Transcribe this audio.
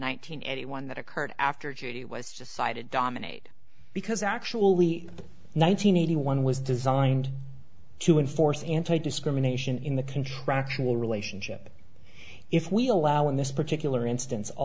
hundred eighty one that occur after judy it was decided dominate because actually nine hundred eighty one was designed to enforce anti discrimination in the contractual relationship if we allow in this particular instance a